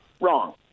wrong